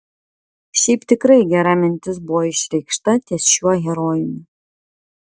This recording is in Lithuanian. šiaip tikrai gera mintis buvo išreikšta ties šiuo herojumi